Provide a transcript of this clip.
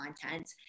content